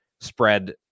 spread